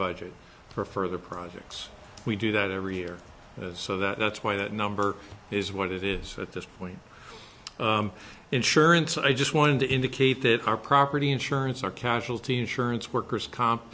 budget for further projects we do that every year as so that's why that number is what it is at this point insurance i just wanted to indicate that our property insurance our casualty insurance worker's comp